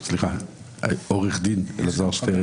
עו"ד אלעזר שטרן.